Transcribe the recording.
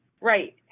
Right